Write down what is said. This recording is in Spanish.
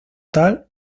tal